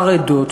כמה עדות,